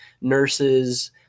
nurses